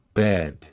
bed